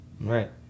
Right